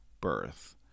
birth